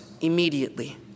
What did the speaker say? immediately